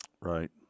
Right